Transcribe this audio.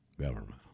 government